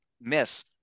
miss